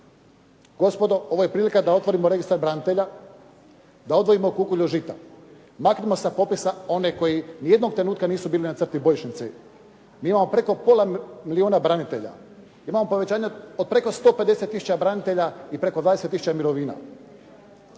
Gospodo ovo je prilika da otvorimo registar branitelja, da odvojimo kukolj od žita. Maknimo sa popisa one koji nijednog trenutka nisu bili na crti bojišnice. Mi imamo preko pola milijuna branitelja. Imamo povećanje od preko 150 tisuća branitelja i preko 20 tisuća mirovina.